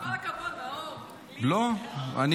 כל הכבוד, נאור.